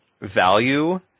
value